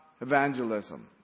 evangelism